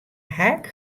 haak